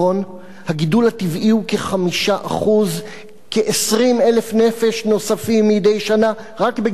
הגידול הטבעי הוא כ-5% כ-20,000 נפש נוספים מדי שנה רק בגידול טבעי.